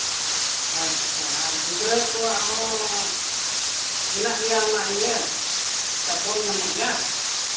ᱟᱨ ᱜᱤᱫᱽᱨᱟᱹ ᱠᱚᱣᱟᱜ ᱦᱚᱸ ᱢᱮᱱᱟᱜ ᱜᱮᱭᱟ ᱚᱱᱟ ᱤᱭᱟᱹ ᱪᱟᱯᱚᱞ ᱧᱟᱢᱚᱜ ᱜᱮᱭᱟ